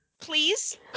Please